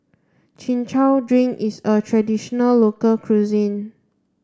chin chow drink is a traditional local cuisine